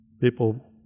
people